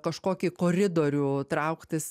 kažkokį koridorių trauktis